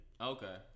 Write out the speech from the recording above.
Okay